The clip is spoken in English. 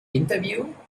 interview